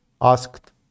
asked